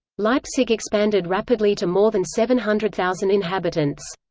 leipzig expanded rapidly to more than seven hundred thousand inhabitants.